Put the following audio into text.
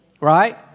right